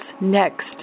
next